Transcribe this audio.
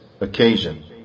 occasion